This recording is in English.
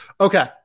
Okay